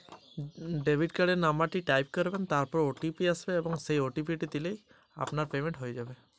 অনলাইনে কোনো জিনিস কেনাকাটা করলে তার বিল ডেবিট কার্ড দিয়ে কিভাবে পেমেন্ট করবো?